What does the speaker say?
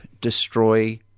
destroy